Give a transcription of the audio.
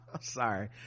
Sorry